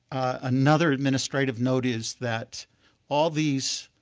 another administrative note is that all these